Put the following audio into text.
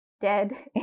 dead